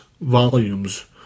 volumes